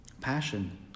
passion